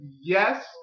yes